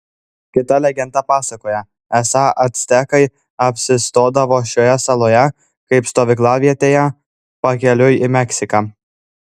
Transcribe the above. kita legenda pasakoja esą actekai apsistodavo šioje saloje kaip stovyklavietėje pakeliui į meksiką